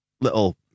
little